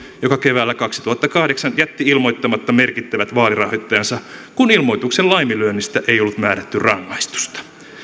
joka keväällä kaksituhattakahdeksan jätti ilmoittamatta merkittävät vaalirahoittajansa kun ilmoituksen laiminlyönnistä ei ollut määrätty rangaistusta